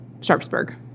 Sharpsburg